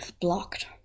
blocked